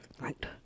right